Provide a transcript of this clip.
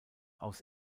aus